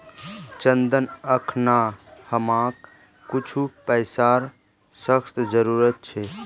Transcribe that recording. चंदन अखना हमाक कुछू पैसार सख्त जरूरत छ